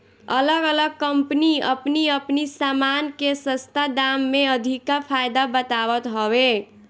अलग अलग कम्पनी अपनी अपनी सामान के सस्ता दाम में अधिका फायदा बतावत हवे